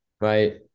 Right